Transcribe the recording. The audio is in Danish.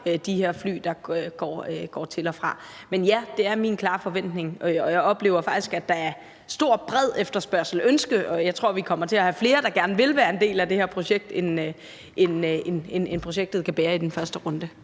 de her fly, der går til og fra. Men ja, det er min klare forventning, og jeg oplever faktisk, at der er stor og bred efterspørgsel og ønsker. Og jeg tror, vi kommer til at have flere, der gerne vil være en del af det her projekt, end projektet kan bære i den første runde.